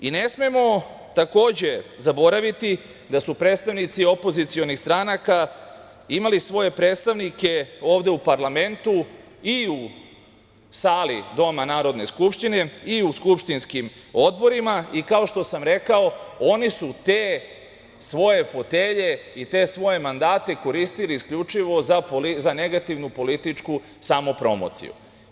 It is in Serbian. Takođe, ne smemo zaboraviti da su predstavnici opozicionih stranaka imali svoje predstavnike ovde u parlamentu i u sali Doma Narodne skupštine i u skupštinskim odborima i, kao što sam rekao, oni su te svoje fotelje i te svoje mandate koristili isključivo za negativnu političku samopromociju.